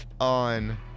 on